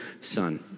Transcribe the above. Son